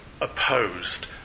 opposed